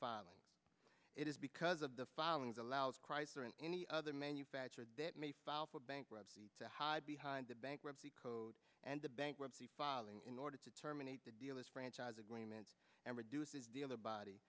filing it is because of the filings allows chrysler and any other manufactured that may file for bankruptcy to hide behind the bankruptcy code and the bankruptcy filing in order to terminate the deal as franchise agreements and reduce their body